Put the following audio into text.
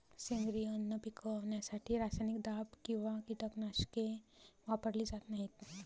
सेंद्रिय अन्न पिकवण्यासाठी रासायनिक दाब किंवा कीटकनाशके वापरली जात नाहीत